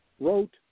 wrote